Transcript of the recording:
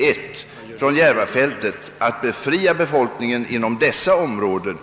1 från Järvafältet att befria befolkningen inom dessa områden